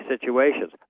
situations